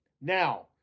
Now